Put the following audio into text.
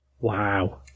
Wow